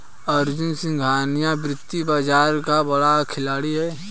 अर्जुन सिंघानिया वित्तीय बाजार का बड़ा खिलाड़ी है